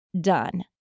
done